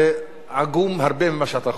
זה עגום בהרבה ממה שאתה חושב.